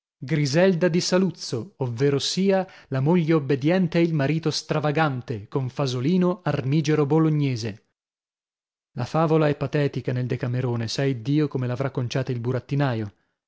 annunzia griselda di saluzzo ovvero sia la moglie obbediente e il marito stravagante con fasolino armigero bolognese la favola è patetica nel decamerone sa iddio come l'avrà conciata il burattinaio